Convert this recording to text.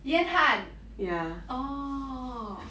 yan han orh